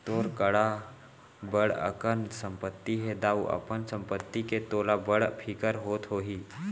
तोर करा बड़ अकन संपत्ति हे दाऊ, अपन संपत्ति के तोला बड़ फिकिर होत होही